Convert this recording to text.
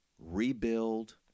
Rebuild